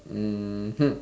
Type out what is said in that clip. mmhmm